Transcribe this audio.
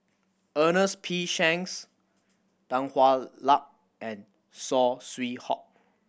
Ernest P Shanks Tan Hwa Luck and Saw Swee Hock